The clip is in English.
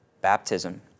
Baptism